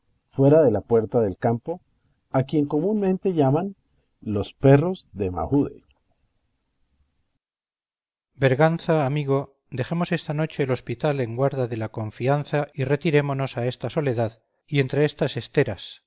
fuera de la puerta del campo a quien comúnmente llaman los perros de mahude cipión berganza amigo dejemos esta noche el hospital en guarda de la confianza y retirémonos a esta soledad y entre estas esteras